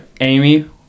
amy